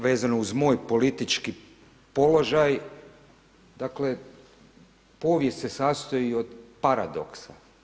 Vezano uz moj politički položaj, dakle povijest se sastoji od paradoksa.